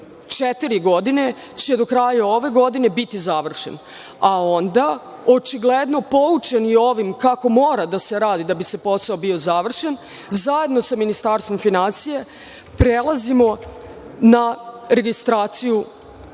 četiri godine će do kraja ove godine biti završen, a onda očigledno poučeni ovim kako mora da se uradi, da bi posao bio završen, zajedno sa Ministarstvom finansija prelazimo na registraciju